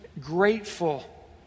grateful